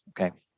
okay